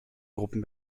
gruppen